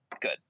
Good